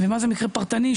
ומה זה מקרה פרטני,